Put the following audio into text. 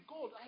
God